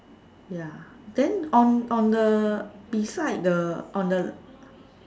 ya then on on the beside the on the